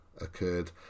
occurred